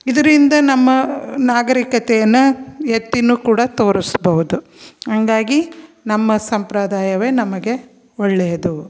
ಇದರಿಂದ ನಮ್ಮ ನಾಗರಿಕತೆಯನ್ನು ಎತ್ತಿಯೂ ಕೂಡ ತೋರಿಸಬಹುದು ಹಂಗಾಗಿ ನಮ್ಮ ಸಂಪ್ರದಾಯವೇ ನಮಗೆ ಒಳ್ಳೆಯದು